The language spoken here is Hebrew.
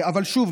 אבל שוב,